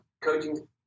coaching